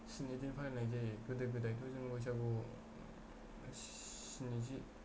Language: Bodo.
स्नि दिन फालिनाय जायो गोदो गोदायथ' जोङो बैसागु स्निजि